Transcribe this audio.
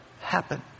happen